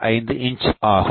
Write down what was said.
445 inch ஆகும்